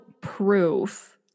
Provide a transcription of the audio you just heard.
proof